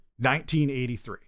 1983